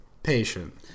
Patient